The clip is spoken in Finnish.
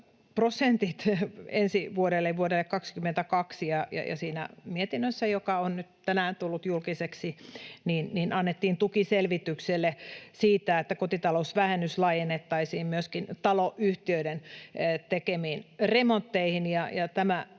tuloveroprosentit ensi vuodelle, eli vuodelle 22, ja siinä mietinnössä, joka on nyt tänään tullut julkiseksi, annettiin tuki selvitykselle siitä, että kotitalousvähennys laajennettaisiin myöskin taloyhtiöiden tekemiin remontteihin. Tämä